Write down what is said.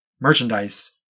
merchandise